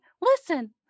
listen